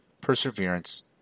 perseverance